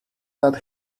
that